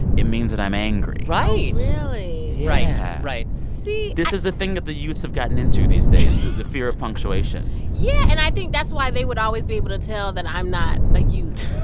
it means that i'm angry right oh, really? right yeah right see. this is a thing that the youths have gotten into these days yeah the fear of punctuation yeah. and i think that's why they would always be able to tell that i'm not a youth